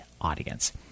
audience